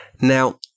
now